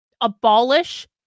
abolish